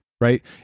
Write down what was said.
right